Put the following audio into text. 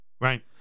Right